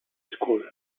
school